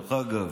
דרך אגב,